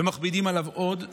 ומכבידים עליו עוד.